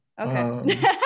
okay